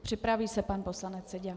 Připraví se pan poslanec Seďa.